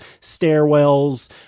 stairwells